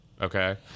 Okay